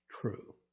true